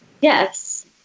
Yes